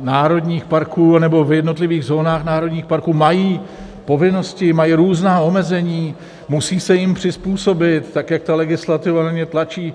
národních parků nebo v jednotlivých zónách národních parků, mají povinnosti, mají různá omezení, musí se jim přizpůsobit tak, jak ta legislativa na ně tlačí.